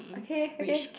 okay okay